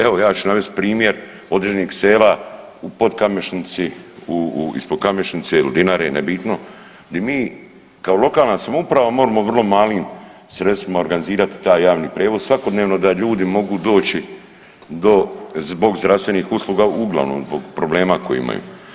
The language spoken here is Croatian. Evo ja ću navesti primjer određenih sela u Podkamešnici, u, u, ispod Kamešnice ili Dinare nebitno gdje mi kao lokalna samouprava moramo vrlo malim sredstvima organizirati taj javni prijevoz svakodnevno da ljudi mogu doći do, zbog zdravstvenih usluga uglavnom zbog problema koje imaju.